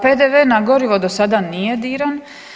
PDV na gorivo do sada nije diran.